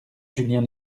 julien